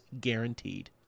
guaranteed